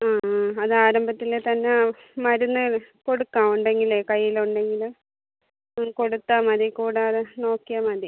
ആ ആ അത് ആരംഭത്തിലെ തന്നെ മരുന്ന് കൊടുക്കാം ഉണ്ടെങ്കിൽ കൈയ്യിൽ ഉണ്ടെങ്കിൽ അത് കൊടുത്താൽ മതി കൂടാതെ നോക്കിയാൽ മതി